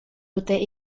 dute